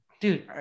Dude